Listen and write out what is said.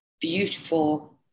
beautiful